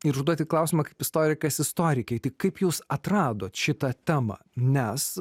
ir užduoti klausimą kaip istorikas istorikei tik kaip jūs atradot šitą temą nes